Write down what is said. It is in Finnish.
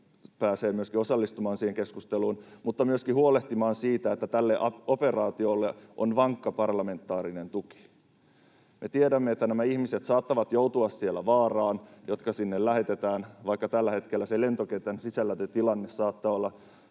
pääsee myöskin osallistumaan siihen keskusteluun ja myöskin huolehtimaan siitä, että tälle operaatiolle on vankka parlamentaarinen tuki. Me tiedämme, että nämä ihmiset, jotka sinne lähetetään, saattavat joutua siellä vaaraan. Vaikka tällä hetkellä lentokentän sisällä tilanne saattaa olla